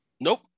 Nope